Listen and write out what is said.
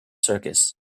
circus